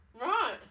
right